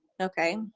okay